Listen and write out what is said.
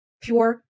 pure